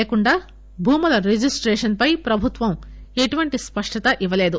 లేకుండా భూముల రిజిస్టేషన్ పై ప్రభుత్వం ఎటువంటి స్పష్టత ఇవ్వలేదు